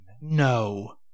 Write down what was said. no